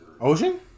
Ocean